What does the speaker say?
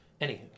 Anywho